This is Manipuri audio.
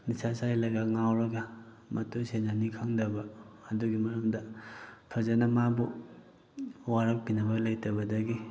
ꯅꯤꯁꯥ ꯆꯥꯁꯤꯜꯂꯒ ꯉꯥꯎꯔꯒ ꯃꯇꯨ ꯁꯦꯟꯅꯅꯤ ꯈꯪꯗꯕ ꯑꯗꯨꯒꯤ ꯃꯔꯝꯗ ꯐꯖꯅ ꯃꯥꯕꯨ ꯋꯥꯔꯛꯄꯤꯅꯕ ꯂꯩꯇꯕꯗꯒꯤ